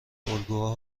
الگوها